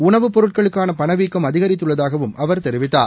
உணவுப் பொருட்களுக்கான பணவீக்கம் அதிகரித்துள்ளதகாவும் அவர் தெரிவித்தார்